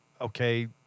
Okay